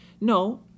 no